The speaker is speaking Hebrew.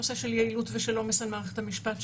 הנושא של יעילות ועומס על מערכת המשפט,